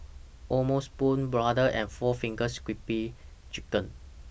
O'ma Spoon Brother and four Fingers Crispy Chicken